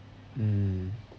mm